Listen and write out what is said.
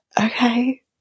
Okay